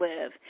live